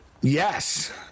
Yes